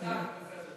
האשים ברוח טובה.